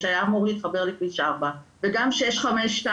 שהיה אמור להתחבר לכביש 4. וגם 652,